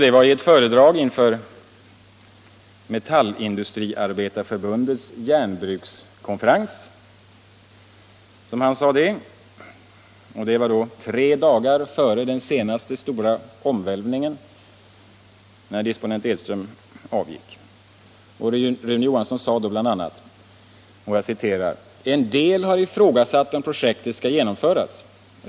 Det var i ett föredrag inför Metallindustriarbetareförbundets järnbrukskonferens som han sade detta, och det var tre dagar före den senaste stora omvälvningen, när disponent Edström avgick. Rune Johansson sade då bl.a.: ”En del har ifrågasatt om projektet ska genomföras.